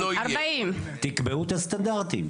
תקבעו את הסטנדרטים.